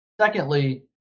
Secondly